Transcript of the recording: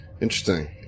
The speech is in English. Interesting